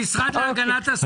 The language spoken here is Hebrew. המשרד להגנת הסביבה.